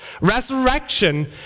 resurrection